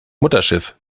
mutterschiff